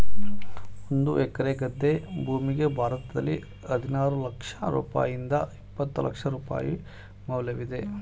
ಒಂದು ಎಕರೆ ಗದ್ದೆ ಭೂಮಿಗೆ ಭಾರತದಲ್ಲಿ ಹದಿನಾರು ಲಕ್ಷ ರೂಪಾಯಿಯಿಂದ ಇಪ್ಪತ್ತು ಲಕ್ಷ ರೂಪಾಯಿ ಮೌಲ್ಯವಿದೆ